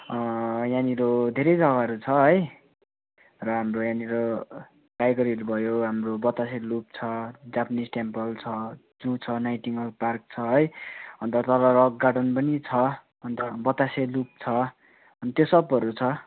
यहाँनिर धेरै जग्गाहरू छ है र हाम्रो यहाँनिर टाइगर हिल भयो हाम्रो बतासे लुप छ जापानिज टेम्पल छ जू छ नाइटिङ्गेल पार्क छ है अन्त तल रक गार्डन पनि छ अन्त बतासे लुप छ अनि त्यो सबहरू छ